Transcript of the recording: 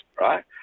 right